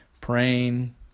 praying